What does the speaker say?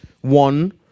one